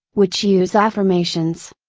which use affirmations.